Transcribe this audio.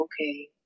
okay